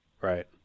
Right